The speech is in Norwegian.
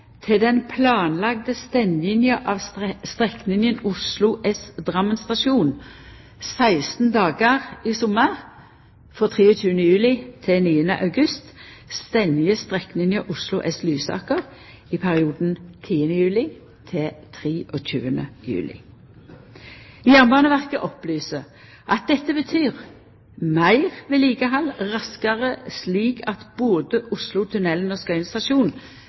til den planlagde stenginga av strekninga Oslo S–Drammen stasjon 16 dagar i sommar, frå 23 juli til 9. august, stengjer strekninga Oslo S–Lysaker i perioden 10. juli–23. juli. Jernbaneverket opplyser at dette betyr meir vedlikehald raskare slik at både Oslotunnelen og Skøyen stasjon